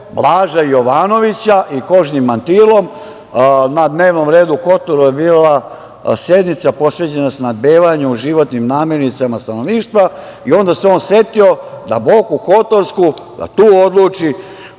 Blaža Jovanovića i kožnim mantilom, na dnevnom redu u Kotoru je bila sednica posvećena snabdevanju životnim namirnicama stanovništva i onda se on setio da Boku Kotorsku, da tu odluči,